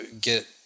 get